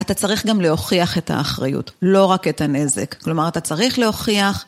אתה צריך גם להוכיח את האחריות, לא רק את הנזק. כלומר, אתה צריך להוכיח...